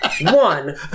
One